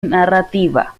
narrativa